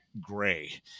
gray